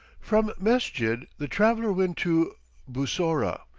from mesjid, the traveller went to bussorah,